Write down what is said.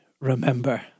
remember